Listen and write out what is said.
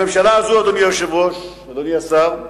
הממשלה הזאת, אדוני היושב-ראש, אדוני השר,